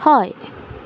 हय